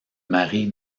mari